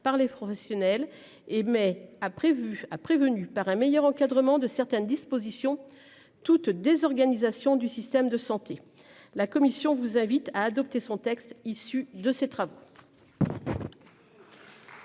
par les professionnels et mais a prévu a prévenu par un meilleur encadrement de certaines dispositions. Toute désorganisation du système de santé. La commission vous invite à adopter son texte issu de ces travaux.